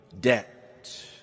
debt